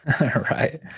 Right